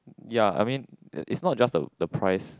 ya I mean it's not just the the price